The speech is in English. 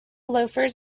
loafers